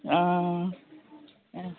आं